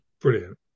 brilliant